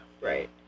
Right